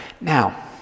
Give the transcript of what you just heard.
now